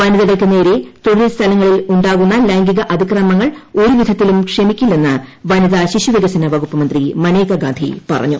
വനിതകൾക്ക് നേരെ തൊഴിൽ സ്ഥലങ്ങളിൽ ഉണ്ടാകുന്ന ലൈംഗിക അതിക്രമങ്ങൾ ഒരുവിധത്തിലും ക്ഷമിക്കില്ലെന്ന് വനിതാ ശിശു ശികസന വകുപ്പ് മന്ത്രി മനേകാ ഗാന്ധി പറഞ്ഞു